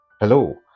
Hello